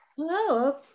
Hello